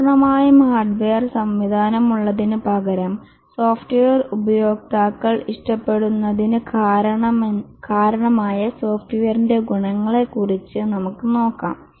പൂർണ്ണമായും ഹാർഡ്വെയർ സംവിധാനമുള്ളതിനുപകരം സോഫ്റ്റ്വെയർ ഉപയോക്താക്കൾ ഇഷ്ടപ്പെടുന്നതിന് കാരണമായ സോഫ്റ്റ്വെയറിന്റെ ഗുണങ്ങളെക്കുറിച്ച് നമുക്ക് നോക്കാം